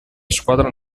squadra